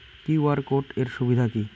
QR code এর সুবিধা কি?